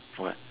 what